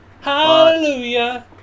Hallelujah